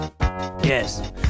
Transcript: Yes